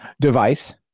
Device